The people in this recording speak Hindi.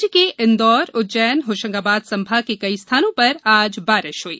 राज्य के इंदौर उज्जैन होशंगाबाद संभाग के कई स्थानों पर आज बारिश हुई